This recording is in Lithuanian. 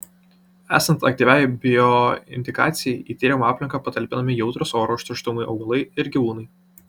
esant aktyviai bioindikacijai į tiriama aplinką patalpinami jautrūs oro užterštumui augalai ir gyvūnai